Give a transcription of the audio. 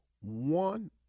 one